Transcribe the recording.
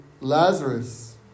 Lazarus